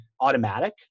automatic